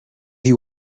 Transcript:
you